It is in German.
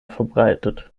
verbreitet